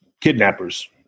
kidnappers